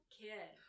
kid